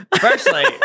Firstly